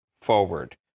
Forward